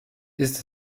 ist